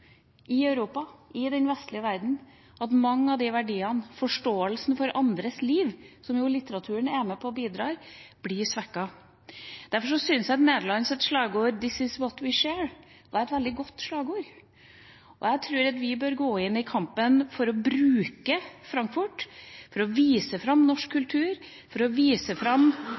i Europa, i den vestlige verden, at mange av de verdiene, at forståelsen for andres liv – der litteraturen jo er med og bidrar – blir svekket. Derfor syns jeg Nederlands slagord, «This is what we share», var et veldig godt slagord. Jeg tror at vi bør gå inn i kampen og bruke Frankfurt for å vise fram norsk kultur, for å vise fram de verdiene som vi står for, for å vise fram